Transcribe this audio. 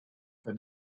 for